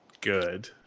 good